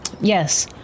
Yes